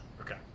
Okay